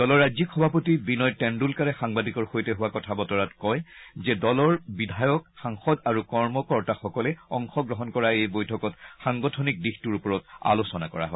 দলৰ ৰাজ্যিক সভাপতি বিনয় টেণ্ডলকাৰে সাংবাদিকৰ সৈতে হোৱা কথা বতৰাত কয় যে দলৰ বিধায়ক সাংসদ আৰু কৰ্মকৰ্তাসকলে অংশ গ্ৰহণ কৰা এই বৈঠকত সাংগঠনিক দিশটোৰ ওপৰত আলোচনা কৰা হয়